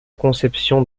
conception